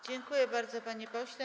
Dziękuję bardzo, panie pośle.